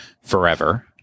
forever